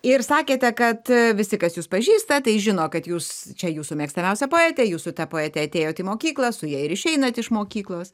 ir sakėte kad visi kas jus pažįsta tai žino kad jūs čia jūsų mėgstamiausia poetė jūs su ta poete atėjot į mokyklą su ja ir išeinant iš mokyklos